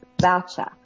voucher